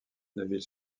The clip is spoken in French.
neuville